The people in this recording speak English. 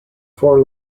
four